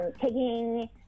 taking